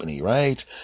Right